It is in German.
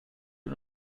und